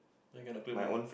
then cannot claim one